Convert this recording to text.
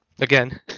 again